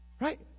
Right